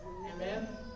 amen